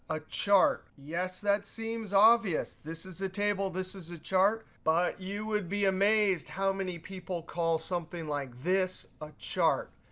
a chart. yes, that seems obvious. this is the table. this is a chart. but you would be amazed how many people call something like this a chart,